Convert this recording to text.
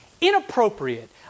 inappropriate